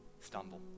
stumble